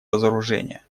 разоружения